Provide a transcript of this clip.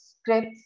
scripts